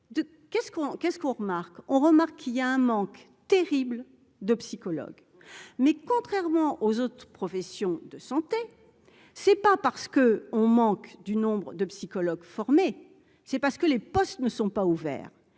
qu'est-ce qu'on remarque, on remarque qu'il y a un manque terrible de psychologues, mais contrairement aux autres professions de santé, c'est pas parce que on manque du nombre de psychologues formés, c'est parce que les postes ne sont pas ouverts